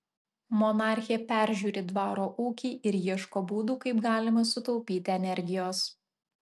monarchė peržiūri dvaro ūkį ir ieško būdų kaip galima sutaupyti energijos